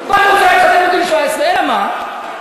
בת רוצה להתחתן בגיל 17. אלא מה?